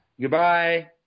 Goodbye